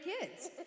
kids